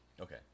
Okay